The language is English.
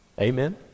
Amen